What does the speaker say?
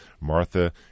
Martha